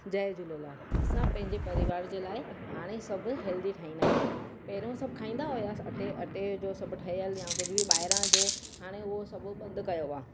जय झूलेलाल असां पंहिंजे परिवार जे लाइ हाणे सभु हैल्दी ठाहींदा आहियूं पहिरियों सभु खाईंदा हुया अटे अटे जो सभु ठहियलु या कुझु बि ॿाहिरां जो हाणे उहो सभु बंदि कयो आहे